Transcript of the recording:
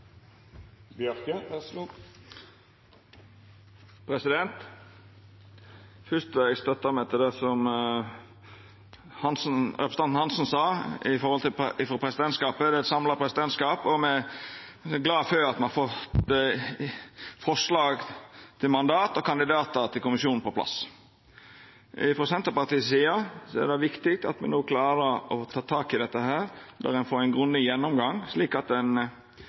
eit samla presidentskap, og me er glade for at me har fått forslag til mandat og kandidatar til kommisjonen på plass. Frå Senterpartiets side er det viktig at me no klarar å ta tak i dette, lèt det få ein grundig gjennomgang, slik at ein